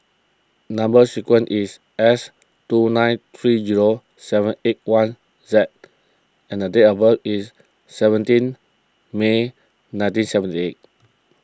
Number Sequence is S two nine three zero seven eight one Z and the date of birth is seventeen May nineteen seventy eight